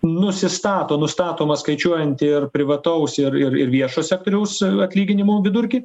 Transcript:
nusistato nustatoma skaičiuojant ir privataus ir ir ir viešo sektoriaus atlyginimų vidurkį